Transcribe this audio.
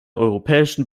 europäischen